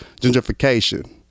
gentrification